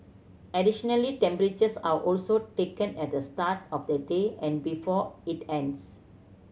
additionally temperatures are also taken at the start of the day and before it ends